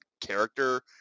character